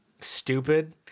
stupid